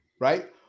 right